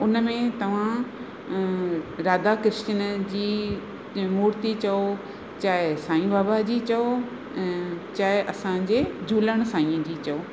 उन में तव्हां राधा कृष्ण जी मुर्ति चओ चाहे साईं बाबा जी चओ चाहे असांजे झूलण साईंअ जी चओ